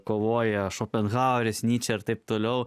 kovoja šopenhaueris nyčė ir taip toliau